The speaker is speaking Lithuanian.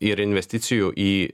ir investicijų į